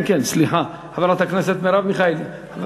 כן, סליחה, חברת הכנסת מרב מיכאלי.